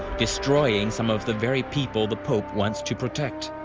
destroying some of the very people the pope wants to protect.